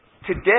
Today